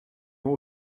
ont